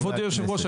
כבוד היושב-ראש,